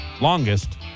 longest